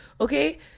Okay